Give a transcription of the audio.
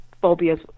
phobias